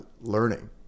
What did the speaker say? learning